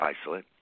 isolate